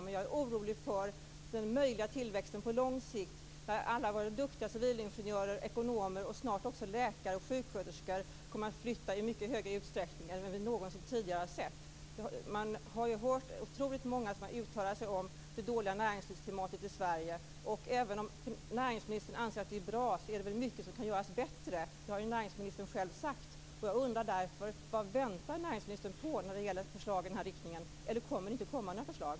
Men jag är orolig för den möjliga tillväxten på lång sikt när alla våra duktiga civilingenjörer, ekonomer och snart också läkare och sjuksköterskor kommer att flytta i mycket högre utsträckning än vad vi någonsin tidigare har sett. Man har ju hört otroligt många uttala sig om det dåliga näringslivsklimatet i Sverige. Även om näringsministern anser att det är bra, finns det väl mycket som kan göras bättre? Det har ju näringsministern själv sagt. Jag undrar därför vad näringsministern väntar på när det gäller förslag i den här riktningen. Eller kommer det inga förslag?